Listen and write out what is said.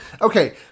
Okay